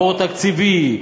בור תקציבי,